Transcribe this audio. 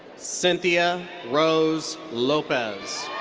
cynthia rose lopez.